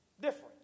different